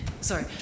Sorry